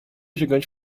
gigante